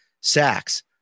sacks